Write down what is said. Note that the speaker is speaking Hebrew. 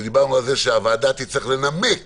שהוועדה תצטרך לנמק